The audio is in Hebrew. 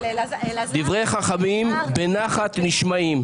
דברי חכמים בנחת נשמעים.